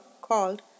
called